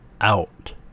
out